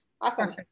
Awesome